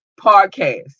podcast